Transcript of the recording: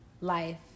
life